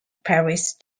parish